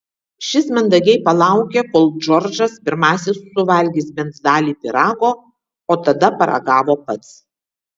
šis mandagiai palaukė kol džordžas pirmasis suvalgys bent dalį pyrago o tada paragavo pats